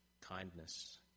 kindness